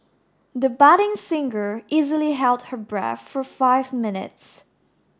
the budding singer easily held her breath for five minutes